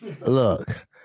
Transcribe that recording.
look